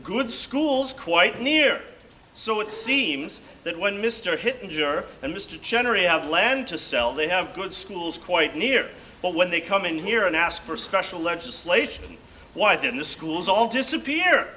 good schools quite near so it seems that when mr hit major and mr generally have land to sell they have good schools quite near but when they come in here and ask for special legislation why didn't the schools all disappear